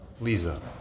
Lisa